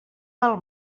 pel